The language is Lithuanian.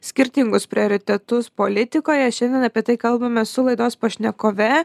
skirtingus prioritetus politikoje šiandien apie tai kalbamės su laidos pašnekove